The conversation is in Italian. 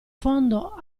fondo